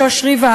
לשוש ריבה,